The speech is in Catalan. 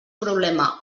problema